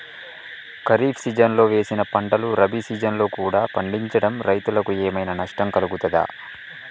ఖరీఫ్ సీజన్లో వేసిన పంటలు రబీ సీజన్లో కూడా పండించడం రైతులకు ఏమైనా నష్టం కలుగుతదా?